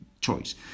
choice